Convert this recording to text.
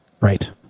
Right